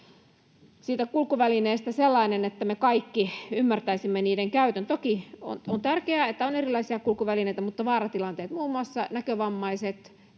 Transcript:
kulkuvälineestä sellainen, että me kaikki ymmärtäisimme niiden käytön. Toki on tärkeää, että on erilaisia kulkuvälineitä, mutta vaaratilanteet... Muun muassa näkövammaisille,